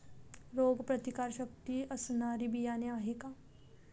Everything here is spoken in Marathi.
रोगप्रतिकारशक्ती असणारी बियाणे आहे का?